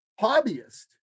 hobbyist